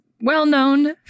well-known